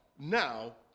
now